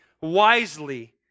wisely